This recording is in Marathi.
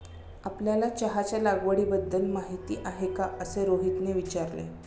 आपल्याला चहाच्या लागवडीबद्दल माहीती आहे का असे रोहितने विचारले?